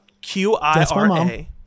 Q-I-R-A